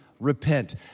Repent